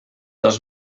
dos